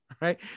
right